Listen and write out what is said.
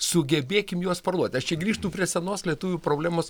sugebėkim juos parduoti aš čia grįžtu prie senos lietuvių problemos